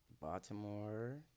Baltimore